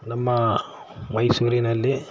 ನಮ್ಮ ಮೈಸೂರಿನಲ್ಲಿ